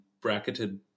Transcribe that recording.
bracketed